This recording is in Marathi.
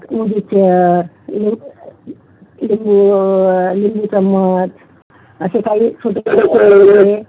म्युजिक चेअर लि लिंबू लिंबू चमचा असे काही छोटे छोटे खेळ आणि